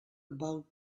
about